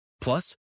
Plus